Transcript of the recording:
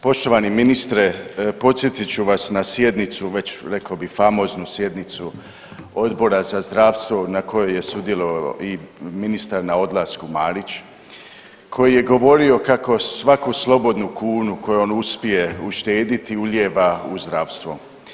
Poštovani ministre, podsjetit ću vas na sjednicu već rekao bi famoznu sjednicu Odbora za zdravstvo na kojoj je sudjelovao i ministar na odlasku Marić, koji je govorio kako svaku slobodnu kunu koju on uspije uštediti ulijeva u zdravstvo.